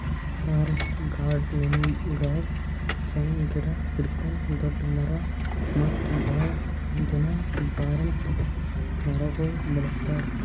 forest ಗಾರ್ಡನಿಂಗ್ದಾಗ್ ಸಣ್ಣ್ ಗಿಡ ಹಿಡ್ಕೊಂಡ್ ದೊಡ್ಡ್ ಮರ ಮತ್ತ್ ಭಾಳ್ ದಿನ ಬರಾಂತ್ ಮರಗೊಳ್ ಬೆಳಸ್ತಾರ್